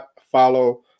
follow